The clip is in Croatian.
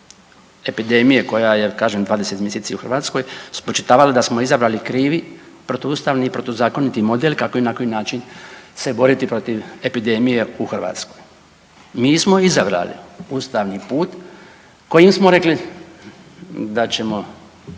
koja je kažem 20 mjeseci u Hrvatskoj spočitavalo da smo izabrali krivi protuustavni i protuzakoniti model kako i na koji način se boriti protiv epidemije u Hrvatskoj. Mi smo izabrali ustavni put kojim smo rekli da ćemo